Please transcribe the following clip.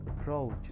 approach